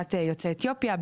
לאוכלוסיית יוצאי אתיופיה,